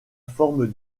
forme